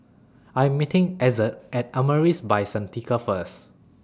I Am meeting Ezzard At Amaris By Santika First